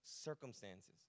circumstances